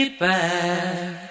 back